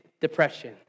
depression